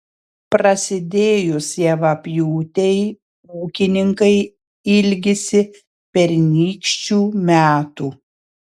prasidėjus javapjūtei ūkininkai ilgisi pernykščių metų